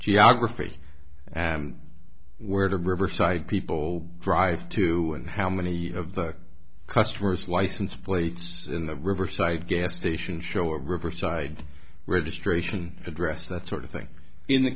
geography where the riverside people drive to and how many of the customers license plates in the riverside gas station show or riverside registration address that sort of thing in the